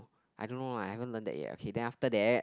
I don't know ah I haven't learn that yet okay then after that